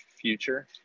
future